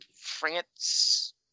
France